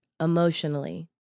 emotionally